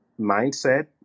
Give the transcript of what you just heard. mindset